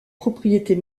propriétés